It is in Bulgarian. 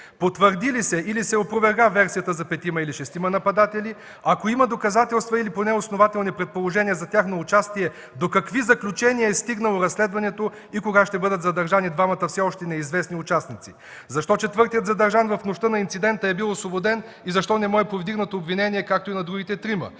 Потвърди ли се, или се опроверга версията за петима или шестима нападатели? Ако има доказателства, или поне основателни предположения за тяхно участие, до какви заключения е стигнало разследването и кога ще бъдат задържани двамата все още неизвестни участници? Защо четвъртият задържан в нощта на инцидента е бил освободен и защо не му е повдигнато обвинение, както и на другите трима?